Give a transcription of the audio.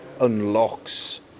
unlocks